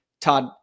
Todd